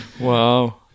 Wow